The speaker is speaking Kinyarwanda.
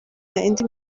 indi